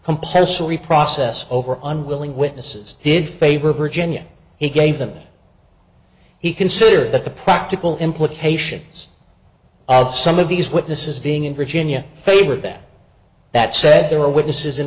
reprocess over unwilling witnesses did favor virginia he gave them he considered that the practical implications of some of these witnesses being in virginia favor that that said there were witnesses in